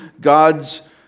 God's